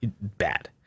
Bad